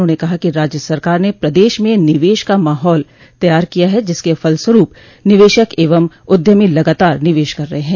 उन्होंने कहा कि राज्य सरकार ने प्रदेश में निवेश का माहौल तैयार किया है जिसके फलस्वरूप निवेशक एवं उद्यमी लगातार निवेश कर रहे हैं